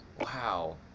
Wow